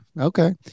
okay